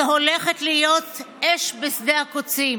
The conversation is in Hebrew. זו הולכת להיות אש בשדה קוצים.